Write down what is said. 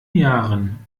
jahren